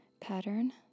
pattern